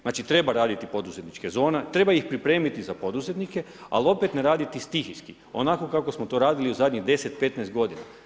Znači treba raditi poduzetničke zone, treba ih pripremiti za poduzetnike, ali opet ne raditi stihijski onako kako smo to radili u zadnjih 10, 15 godina.